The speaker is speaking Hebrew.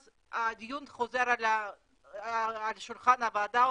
אז הדיון חוזר לשולחן הוועדה ולממשלה.